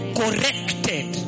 corrected